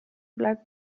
bleibt